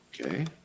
Okay